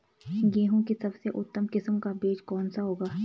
गेहूँ की सबसे उत्तम किस्म का बीज कौन सा होगा?